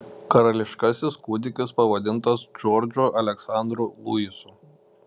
karališkasis kūdikis pavadintas džordžu aleksandru luisu